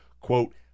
quote